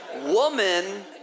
Woman